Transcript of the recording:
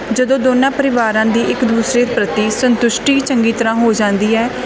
ਜਦੋਂ ਦੋਨਾਂ ਪਰਿਵਾਰਾਂ ਦੀ ਇੱਕ ਦੂਸਰੇ ਪ੍ਰਤੀ ਸੰਤੁਸ਼ਟੀ ਚੰਗੀ ਤਰ੍ਹਾਂ ਹੋ ਜਾਂਦੀ ਹੈ